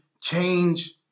change